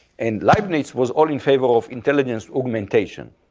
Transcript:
and leibniz was all in favor of intelligence augmentation.